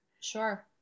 Sure